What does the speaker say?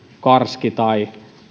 karski tai